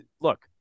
look